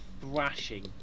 thrashing